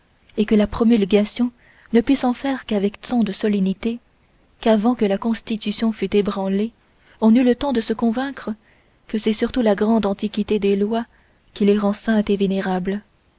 et que la promulgation ne pût s'en faire qu'avec tant de solennité qu'avant que la constitution fût ébranlée on eût le temps de se convaincre que c'est surtout la grande antiquité des lois qui les rend saintes et vénérables